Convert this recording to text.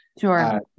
Sure